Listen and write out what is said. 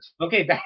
Okay